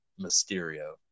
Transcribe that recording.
Mysterio